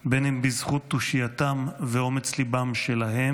אם בזכות תושייתם ואומץ ליבם שלהם,